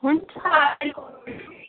हुन्छ